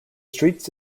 streets